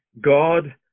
God